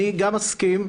אני גם מסכים,